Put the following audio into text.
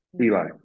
Eli